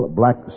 black